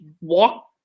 walk